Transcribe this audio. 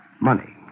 Money